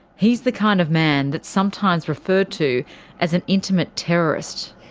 he's the kind of man that's sometimes referred to as an intimate terrorist.